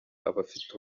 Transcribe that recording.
abafite